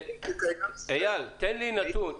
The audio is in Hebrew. אייל, תן לי נתון.